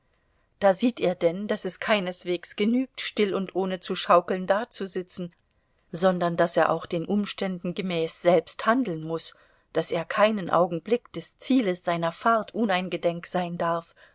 da sieht er denn daß es keineswegs genügt still und ohne zu schaukeln dazusitzen sondern daß er auch den umständen gemäß selbst handeln muß daß er keinen augenblick des zieles seiner fahrt uneingedenk sein darf